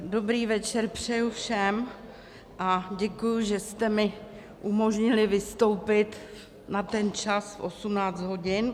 Dobrý večer přeju všem a děkuju, že jste mi umožnili vystoupit na ten čas 18 hodin.